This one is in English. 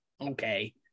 Okay